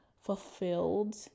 fulfilled